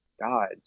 God